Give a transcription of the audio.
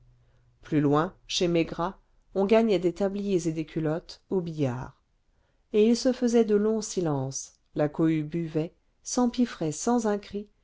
plus loin chez maigrat on gagnait des tabliers et des culottes au billard et il se faisait de longs silences la cohue buvait s'empiffrait sans